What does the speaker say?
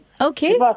Okay